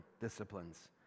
disciplines